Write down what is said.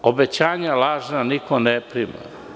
Obećanja lažna niko ne prima.